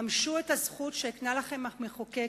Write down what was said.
ממשו את הזכות שהקנה לכם המחוקק